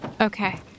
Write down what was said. Okay